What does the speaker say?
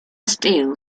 steel